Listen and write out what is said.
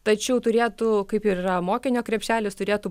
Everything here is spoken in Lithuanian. tačiau turėtų kaip ir yra mokinio krepšelis turėtų